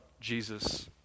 Jesus